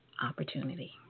Opportunity